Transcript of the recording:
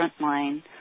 frontline